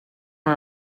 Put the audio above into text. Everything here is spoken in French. met